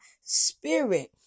spirit